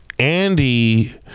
Andy